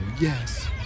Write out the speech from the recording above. yes